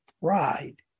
pride